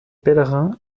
pèlerins